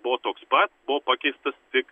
buvo toks pat buvo pakeistas tik